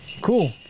Cool